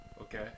okay